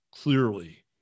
clearly